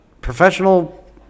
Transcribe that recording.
professional